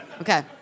Okay